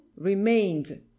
remained